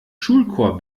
schulchor